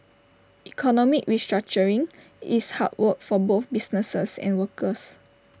economic restructuring is hard work for both businesses and workers